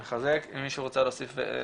מחזק, מישהו רוצה עוד להוסיף?